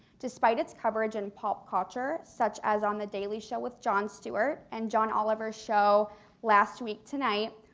despite its coverage in pop culture, such as on the daily show with john stewart and john oliver's show last week tonight,